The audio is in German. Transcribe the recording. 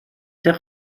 der